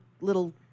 little